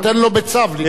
במסדרונות הכנסת,